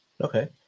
Okay